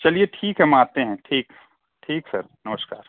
चलिए ठीक है हम आते हैं ठीक ठीक सर नमस्कार